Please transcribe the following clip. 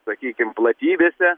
sakykim platybėse